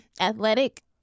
athletic